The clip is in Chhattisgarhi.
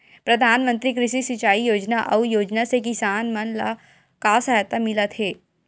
प्रधान मंतरी कृषि सिंचाई योजना अउ योजना से किसान मन ला का सहायता मिलत हे?